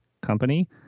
company